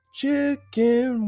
chicken